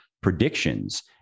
predictions